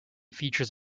features